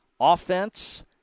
offense